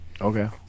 Okay